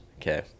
okay